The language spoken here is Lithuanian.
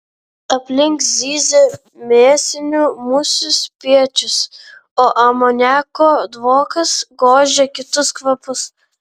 aplink zyzė mėsinių musių spiečius o amoniako dvokas gožė kitus kvapus